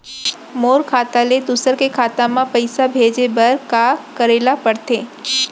मोर खाता ले दूसर के खाता म पइसा भेजे बर का करेल पढ़थे?